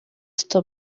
pastor